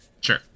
sure